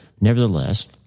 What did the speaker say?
Nevertheless